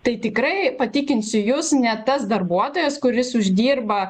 tai tikrai patikinsiu jus ne tas darbuotojas kuris uždirba